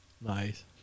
Nice